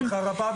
בשמחה רבה.